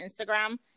Instagram